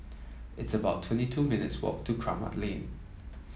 it's about twenty two minutes' walk to Kramat Lane